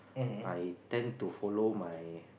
I tend to follow my